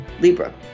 Libra